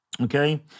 okay